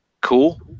Cool